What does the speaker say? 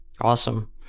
Awesome